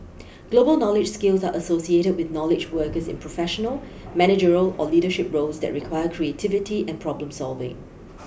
global knowledge skills are associated with knowledge workers in professional managerial or leadership roles that require creativity and problem solving